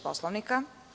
Poslovnika?